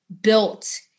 built